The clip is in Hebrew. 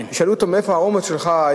שאלו אותו: מאיפה היה האומץ שלך,